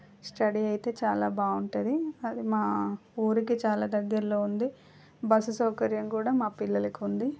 study అయితే చాలా బాగుంటుంది అది మా ఊరికి చాలా దగ్గరలో ఉంది బస్సు సౌకర్యం కూడా మా పిల్లలకు ఉంది